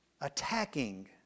attacking